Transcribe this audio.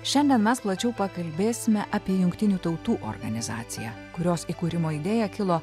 šiandien mes plačiau pakalbėsime apie jungtinių tautų organizaciją kurios įkūrimo idėja kilo